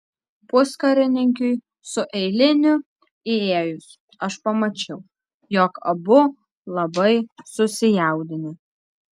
puskarininkiui su eiliniu įėjus aš pamačiau jog abu labai susijaudinę